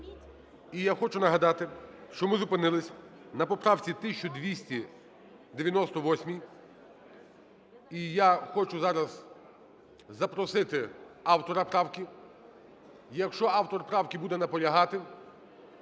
І я хочу нагадати, що ми зупинились на поправці 1298. І я хочу зараз запросити автора правки. Якщо автор правки буде наполягати,